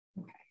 Okay